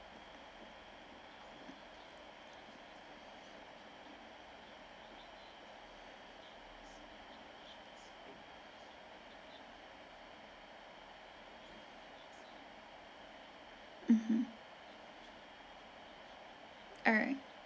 mmhmm alright